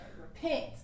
repent